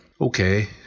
okay